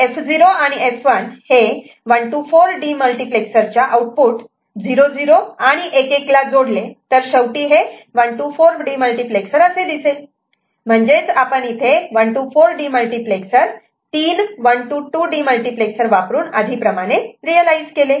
जर F0 आणि F1 हे 1 to 4 डीमल्टिप्लेक्सरच्या आउटपुट 00 आणि 11 ला जोडले तर शेवटी हे 1 to 4 डीमल्टिप्लेक्सर असे दिसेल म्हणजेच आपण इथे 1 to 4 डीमल्टिप्लेक्सर तीन 1 to 2 डीमल्टीप्लेक्सर वापरून आधी प्रमाणे रियलायझ केले